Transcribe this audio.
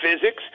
physics